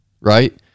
right